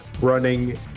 running